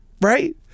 right